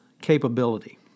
capability